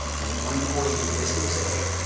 the marine corps in their wisdom said hey,